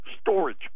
storage